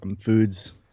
foods